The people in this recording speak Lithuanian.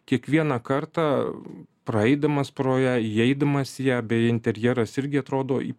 kiekvieną kartą praeidamas pro ją įeidamas į ją bei interjeras irgi atrodo